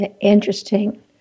Interesting